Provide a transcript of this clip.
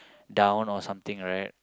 down or something like that